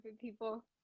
people